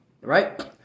right